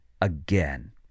again